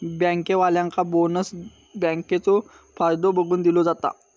बँकेवाल्यांका बोनस बँकेचो फायदो बघून दिलो जाता